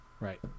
Right